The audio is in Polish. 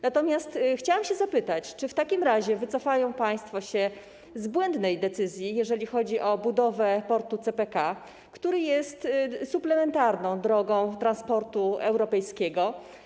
Natomiast chciałam zapytać: Czy w takim razie wycofają się państwo z błędnej decyzji, jeżeli chodzi o budowę portu CPK, który jest suplementarną drogą transportu europejskiego?